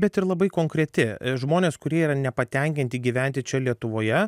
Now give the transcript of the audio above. bet ir labai konkreti žmonės kurie yra nepatenkinti gyventi čia lietuvoje